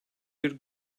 bir